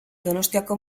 donostiako